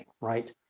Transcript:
right